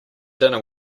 dinner